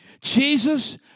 Jesus